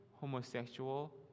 homosexual